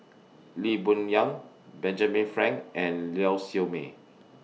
Lee Boon Yang Benjamin Frank and Lau Siew Mei